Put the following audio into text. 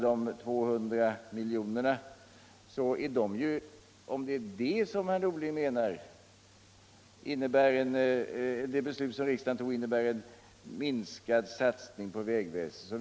Herr Norling anser uppenbarligen att riksdagens beslut om de 200 miljonerna innebär en minskad satsning på vägväsendet.